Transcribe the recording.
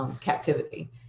captivity